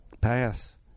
pass